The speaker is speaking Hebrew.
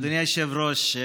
אדוני היושב-ראש,